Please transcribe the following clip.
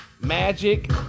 magic